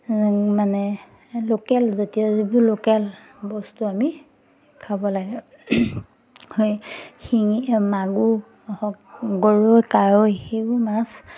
মানে লোকেলজাতীয় যিবোৰ লোকেল বস্তু আমি খাব লাগে এই শিঙি মাগুৰ হওক গৰৈ কাৱৈ সেইবোৰ মাছ